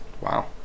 Wow